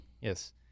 Yes